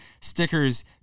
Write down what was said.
stickers